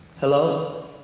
hello